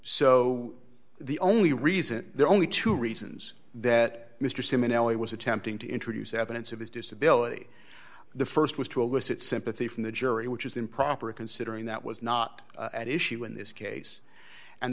so the only reason the only two reasons that mr simoneau was attempting to introduce evidence of his disability the st was to elicit sympathy from the jury which is improper considering that was not at issue in this case and